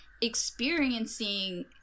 experiencing